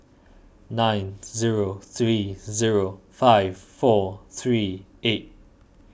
nine zero three zero five four three eight